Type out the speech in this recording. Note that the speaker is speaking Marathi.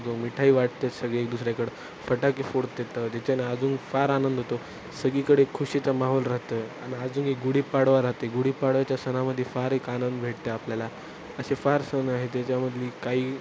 जो मिठाई वाटते सगळी एक दुसऱ्याकडं फटाके फोडतात त्याच्याने अजून फार आनंद होतो सगळीकडे खुशीचा माहोल राहतं आणि अजून एक गुढीपाडवा राहते गुढीपाडवाच्या सणामध्ये फार एक आनंद भेटते आपल्याला असे फार सण आहे त्याच्यामधली काही